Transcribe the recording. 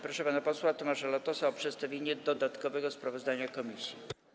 Proszę pana posła Tomasza Latosa o przedstawienie dodatkowego sprawozdania komisji.